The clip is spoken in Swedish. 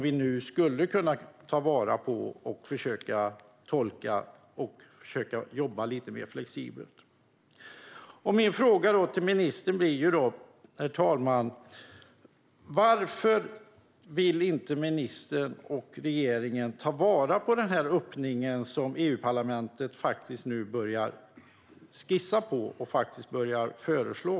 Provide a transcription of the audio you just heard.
Vi skulle nu kunna ta vara på detta och försöka jobba lite mer flexibelt. Min fråga till ministern blir, herr talman: Varför vill inte ministern och regeringen ta vara på den öppning som EU-parlamentet nu faktiskt börjar skissa på och föreslå?